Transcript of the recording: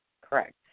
Correct